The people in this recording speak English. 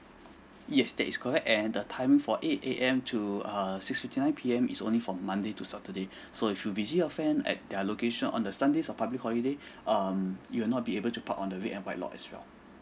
yes that is correct and the time for eight A_M to err six fifty nine P_M is only from monday to saturday so if you visit your friend at their location on the sunday or public holiday um you will not be able to park on the red and white lots as well